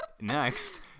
Next